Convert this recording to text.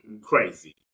crazy